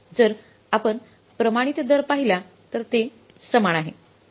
जर आपण प्रमाणित दर पाहिला तर ते समान आहे